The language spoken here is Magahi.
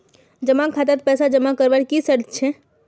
जमा खातात पैसा जमा करवार की शर्त छे?